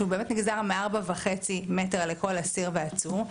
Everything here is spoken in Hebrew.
שהוא באמת נגזר מ-4.5 מטר לכל אסיר ועצור,